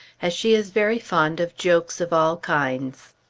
as she is very fond of jokes of all kinds.